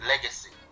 Legacy